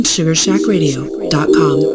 SugarshackRadio.com